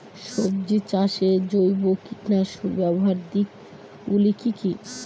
সবজি চাষে জৈব কীটনাশক ব্যাবহারের দিক গুলি কি কী?